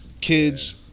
Kids